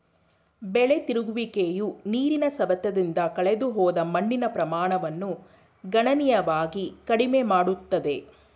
ಬೆಳೆ ತಿರುಗುವಿಕೆಯು ನೀರಿನ ಸವೆತದಿಂದ ಕಳೆದುಹೋದ ಮಣ್ಣಿನ ಪ್ರಮಾಣವನ್ನು ಗಣನೀಯವಾಗಿ ಕಡಿಮೆ ಮಾಡುತ್ತದೆ